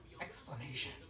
explanation